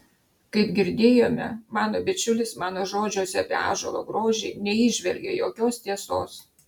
kaip girdėjome mano bičiulis mano žodžiuose apie ąžuolo grožį neįžvelgė jokios tiesos